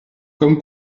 comme